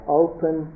open